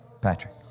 Patrick